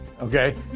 okay